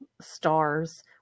stars